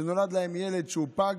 שנולד להם ילד פג,